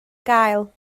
gael